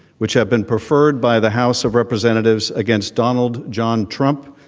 which have been preferred by the house of representatives against donald john trump,